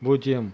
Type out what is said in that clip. பூஜ்ஜியம்